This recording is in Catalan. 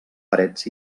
parets